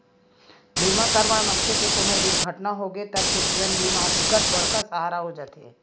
बीमा करवाए मनखे के कोनो दुरघटना होगे तब तो जीवन बीमा ह बिकट बड़का सहारा हो जाते